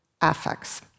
affects